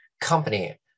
company